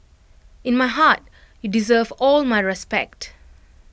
in my heart you deserve all my respect